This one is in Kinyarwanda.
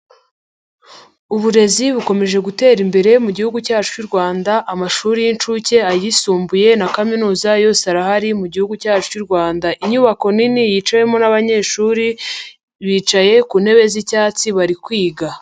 Uburezi bukomeje gutera imbere mugihugu cyacu cy'u Rwanda amashuri y'incuke, ayisumbuye, na kaminuza yose arahari mugihugu cyacu cy'u Rwanda. Inyubako nini yicawemo n'abanyeshuri bicaye ku ntebe z'icyatsi bari kwiga.